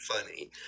funny